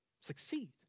succeed